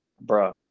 bro